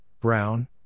Brown